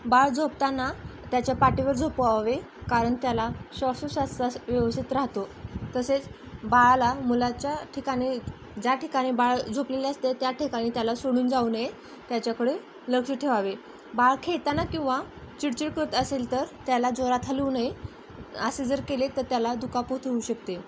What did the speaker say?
बाळ झोपताना त्याच्या पाठीवर झोपवावे कारण त्याला श्वासोच्छ्ववास त्याचा व्यवस्थित राहतो तसेच बाळाला मुलाच्या ठिकाणी ज्या ठिकाणी बाळ झोपलेले असते त्या ठिकाणी त्याला सोडून जाऊ नये त्याच्याकडे लक्ष ठेवावे बाळ खेळताना किंवा चिडचिड करत असेल तर त्याला जोरात हलवू नये असे जर केले तर त्याला दुखापत होऊ शकते